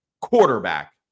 quarterback